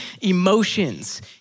emotions